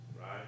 Right